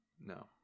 no